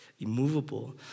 immovable